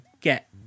get